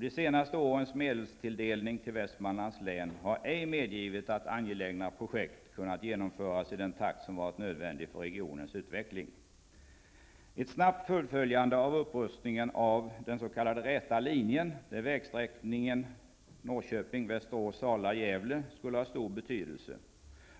De senaste årens medelstilldelning till Västmanlands län har ej medgivit att angelägna projekt kunnat genomföras i den takt som varit nödvändig för regionens utveckling. Västerås--Sala--Gävle skulle ha stor betydelse.